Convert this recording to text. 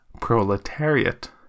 proletariat